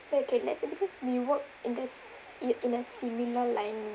okay let's say because we work in this it in a similar line